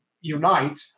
unite